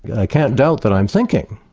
and i can't doubt that i'm thinking.